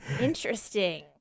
Interesting